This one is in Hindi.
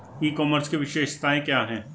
ई कॉमर्स की विशेषताएं क्या हैं?